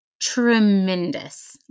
tremendous